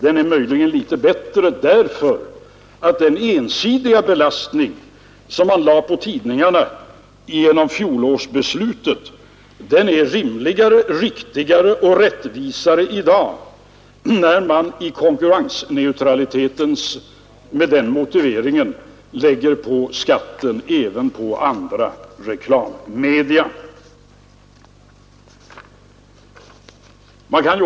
Den är möjligen litet bättre därför att den ensidiga belastning, som man lade på tidningarna genom fjolårsbeslutet, är rimligare, riktigare och rättvisare i dag, när man med konkurrensneutraliteten som motivering lägger skatten även på andra reklammedia.